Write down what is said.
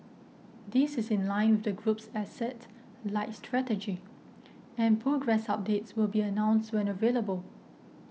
this is in line with the group's asset light strategy and progress updates will be announced when available